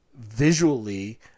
visually